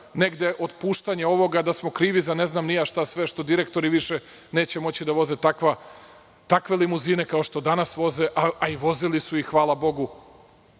za otpuštanje ovoga, da smo krivi za ne znam šta sve što direktori više neće moći da voze takve limuzine kao što danas voze, a vozili su ih hvala bogu,